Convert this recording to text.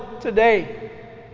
today